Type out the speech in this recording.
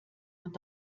und